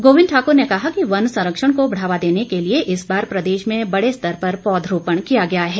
गोबिंद ठाकुर ने कहा कि वन संरक्षण को बढ़ावा देने के लिए इस बार प्रदेश में बड़े स्तर पर पौध रोपण किया गया है